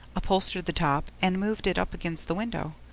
upholstered the top and moved it up against the window.